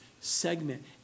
segment